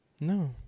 No